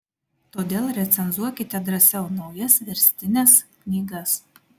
todėl recenzuokite drąsiau naujas verstines knygas